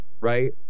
right